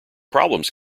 problems